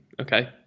Okay